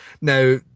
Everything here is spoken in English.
Now